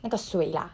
那个水啦